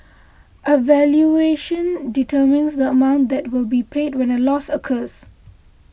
a valuation determines the amount that will be paid when a loss occurs